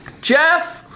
Jeff